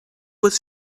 was